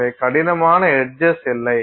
எனவே கடினமான எட்ஜஸ் இல்லை